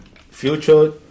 Future